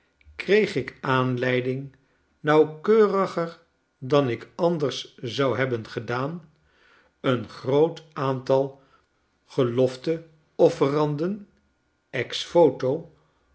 kreeg ik aanleiding nauwkeuriger dan ik anders zou hebben gedaan een groot aantal gelofte offeranden